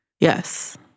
Yes